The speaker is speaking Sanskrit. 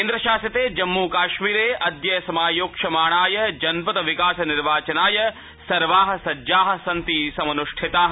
केन्द्रशासिते जम्मूकाश्मीरे अद्य समायोक्ष्यमाणाय जनपद् विकास निर्वाचनाय सर्वाः सज्जाः सन्ति सम्पूरिताः